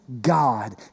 God